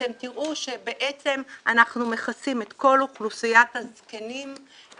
אתם תראו שאנחנו מכסים את כל אוכלוסיית הזקנים,